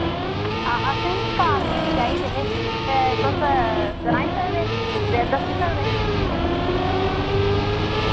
हां असें नी कारपेट चाहिदे हे ते तुस सनाई सकदे द दस्सी सकदे